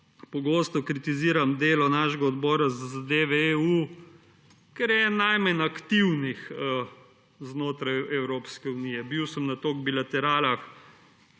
pogosto kritiziram delo našega Odbora za zadeve EU, ker je eden najmanj aktivnih znotraj Evropske unije – bil sem na toliko bilateralah,